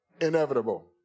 inevitable